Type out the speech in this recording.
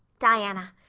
diana,